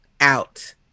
Out